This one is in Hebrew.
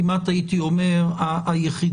כמעט הייתי אומר היחידים,